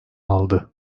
aldı